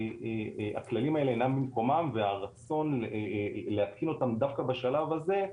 הכללים האלה אינם במקומם והרצון להתקין אותם דווקא בשלב הזה,